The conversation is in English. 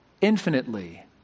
infinitely